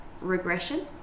regression